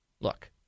look